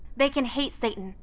they can hate satan,